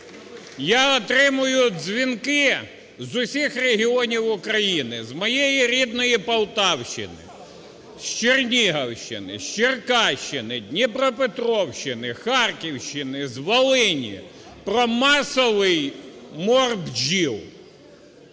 я отримую дзвінки з усіх регіонів України, з моєї рідної Полтавщини, з Чернігівщини, з Черкащини, Дніпропетровщини, Харківщини, з Волині про масовий мор бджіл.